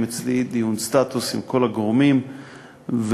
אצלי דיון סטטוס עם כל הגורמים ולנסות,